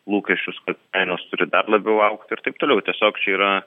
lūkesčius kainos turi dar labiau augti ir taip toliau tiesiog čia yra